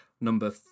Number